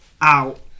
out